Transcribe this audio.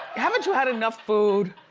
haven't you had enough food?